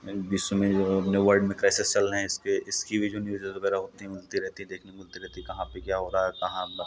मतलब विश्व में जो है वर्ल्ड में कैसे चल रहे हैं इसके इसकी भी जो न्यूज़ है बराबर मिलती रहती ही देखने को मिलती रहती है कहाँ पे क्या हो रहा कहाँ ब